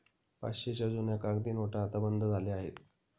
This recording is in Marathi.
पाचशेच्या जुन्या कागदी नोटा आता बंद झाल्या आहेत